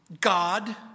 God